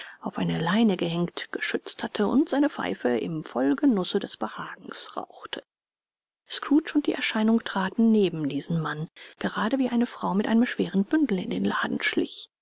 auf eine leine gehängt geschützt hatte und seine pfeife im vollgenusse des behagens rauchte scrooge und die erscheinung traten neben diesen mann gerade wie eine frau mit einem schweren bündel in den laden schlich